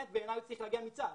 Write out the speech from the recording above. בעיניי הוא צריך להגיע מצה"ל.